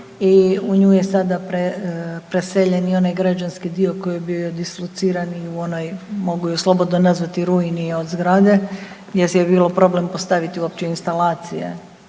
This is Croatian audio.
i u nju je sada preseljen i onaj građanski dio koji je bio dislociran i u onoj, mogu je slobodno nazvati rujini od zgrade, jer je bio problem postaviti uopće instalacije